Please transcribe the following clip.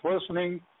listening